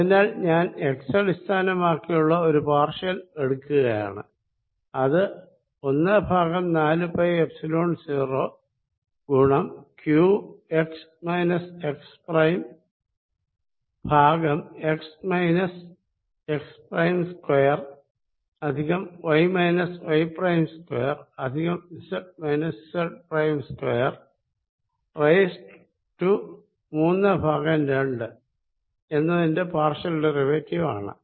അതിനാൽ ഞാൻ എക്സ് അടിസ്ഥാനമാക്കിയുള്ള ഒരു പാർഷ്യൽ എടുക്കുകയാണ് അത് ഒന്ന് ഭാഗം നാലു പൈ എപ്സിലോൺ 0 ഗുണം ക്യൂ എക്സ് മൈനസ്എക്സ് പ്രൈം ഭാഗം X minus X prime square plus Y minus Y prime square plus Z minus Z prime square raised മൂന്ന് ഭാഗം രണ്ട് എന്നതിന്റെ പാർഷ്യൽ ഡെറിവേറ്റീവ് ആണ്